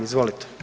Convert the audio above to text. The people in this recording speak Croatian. Izvolite.